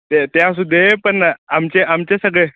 ते त्या असूदे पण आमचे आमचे सगळे